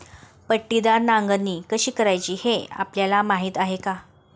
पट्टीदार नांगरणी कशी करायची हे आपल्याला माहीत आहे का?